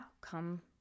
come